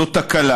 זאת תקלה.